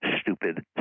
stupid